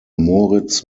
moritz